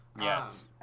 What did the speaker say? Yes